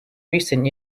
recent